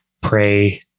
pray